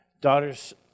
Daughter's